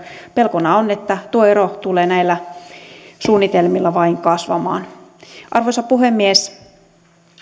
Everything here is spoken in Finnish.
pelkona on että tuo ero tulee näillä suunnitelmilla vain kasvamaan arvoisa puhemies